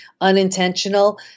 unintentional